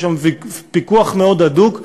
יש שם פיקוח מאוד הדוק.